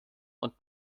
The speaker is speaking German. und